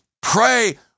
Pray